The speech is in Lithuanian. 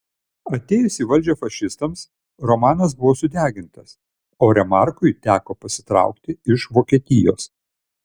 atėjus į valdžią fašistams romanas buvo sudegintas o remarkui teko pasitraukti iš vokietijos